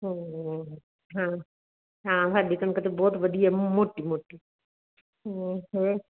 ਹਾਂ ਹਾਂ ਸਾਡੀ ਕਣਕ ਤਾਂ ਬਹੁਤ ਵਧੀਆ ਮੋਟੀ ਮੋਟੀ ਹੋਰ